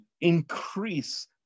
increase